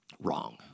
wrong